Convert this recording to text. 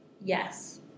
Yes